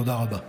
תודה רבה.